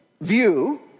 view